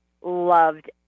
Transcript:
loved